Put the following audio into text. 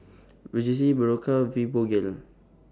Vagisil Berocca Fibogel